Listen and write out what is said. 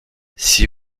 six